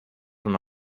una